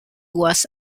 was